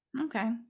okay